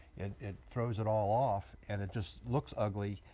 it it throws it all off and it just looks ugly,